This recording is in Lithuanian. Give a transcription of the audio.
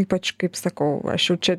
ypač kaip sakau aš jau čia